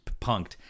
punked